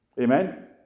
Amen